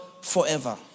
forever